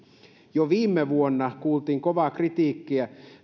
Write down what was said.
jo viime vuonna kuultiin kovaa kritiikkiä